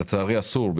לצערי אסור,